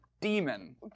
demon